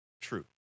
true